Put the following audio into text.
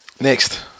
Next